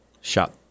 Shot